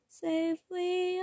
safely